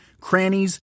crannies